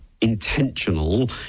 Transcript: intentional